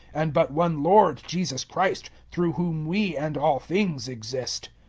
and but one lord, jesus christ, through whom we and all things exist.